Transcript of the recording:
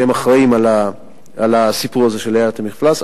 שהם אחראים לסיפור הזה של עליית המפלס,